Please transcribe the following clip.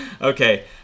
okay